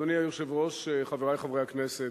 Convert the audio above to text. אדוני היושב-ראש, חברי חברי הכנסת,